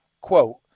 quote